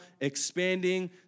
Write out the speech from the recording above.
expanding